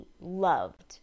loved